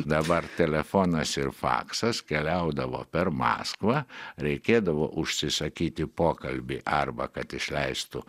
dabar telefonas ir faksas keliaudavo per maskvą reikėdavo užsisakyti pokalbį arba kad išleistų